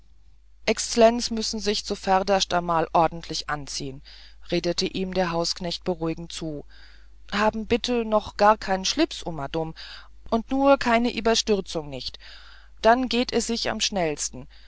exlenz müssen sich zuverderscht amal urdentlich anziegen redete ihm der hausknecht beruhigend zu haben bitte noch gar kan schlips umedum nur keine ieberstirzung nicht dann geht e sich am schnellsten